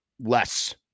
less